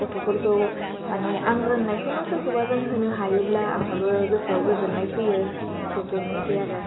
गथ'फोरखौ मानि आं रोंनायखौनो सोरखौबा रोंहोनो हायोब्ला आंहाबो गोसोआव गोजोननाय फैयोथ' बेनोसै आरो